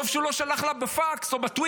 טוב שהוא לא שלח לה בפקס או בטוויטר.